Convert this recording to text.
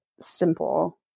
simple